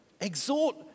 Exhort